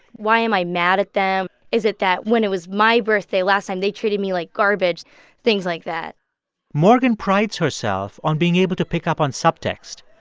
why am i mad at them? is it that when it was my birthday last time, they treated me like garbage things like that morgan prides herself on being able to pick up on subtext,